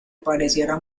pareciera